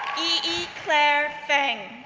claire feng,